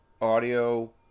audio